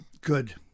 Good